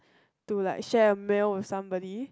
to like share a meal with somebody